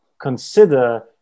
consider